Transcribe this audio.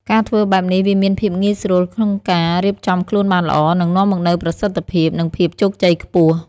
ការធ្វើបែបនេះវាមានភាពងាយស្រួលក្នុងការ រៀបចំខ្លួនបានល្អ នឹងនាំមកនូវប្រសិទ្ធភាព និងភាពជោគជ័យខ្ពស់ ។